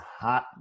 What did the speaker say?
hot